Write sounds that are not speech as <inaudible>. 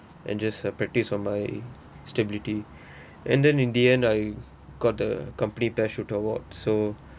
and just uh practice on my stability <breath> and then in the end I got the company best shoot award so